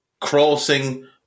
crossing